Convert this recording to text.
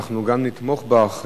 אנחנו גם נתמוך בך,